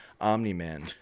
Omni-Man